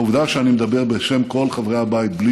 העובדה שאני מדבר בשם כל חברי הבית בלי